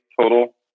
total